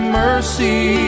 mercy